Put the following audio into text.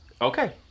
Okay